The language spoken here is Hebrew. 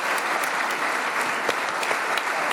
10(א)